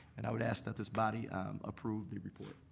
and i would ask that this body approve the report.